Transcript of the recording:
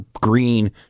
green